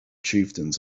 chieftains